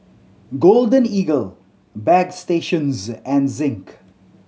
Golden Eagle Bagstationz and Zinc